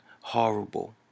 Horrible